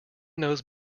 knows